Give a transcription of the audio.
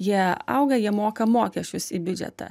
jie auga jie moka mokesčius į biudžetą